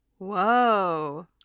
Whoa